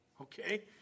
Okay